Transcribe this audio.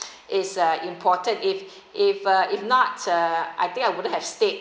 is uh important if if uh if not uh I think I wouldn't have stayed